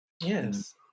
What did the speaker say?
Yes